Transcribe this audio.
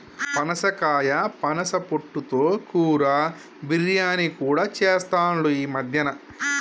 పనసకాయ పనస పొట్టు తో కూర, బిర్యానీ కూడా చెస్తాండ్లు ఈ మద్యన